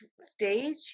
stage